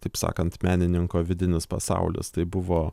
taip sakant menininko vidinis pasaulis tai buvo